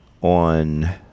on